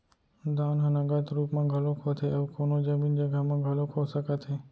दान ह नगद रुप म घलोक होथे अउ कोनो जमीन जघा म घलोक हो सकत हे